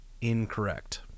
Incorrect